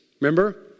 Remember